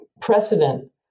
precedent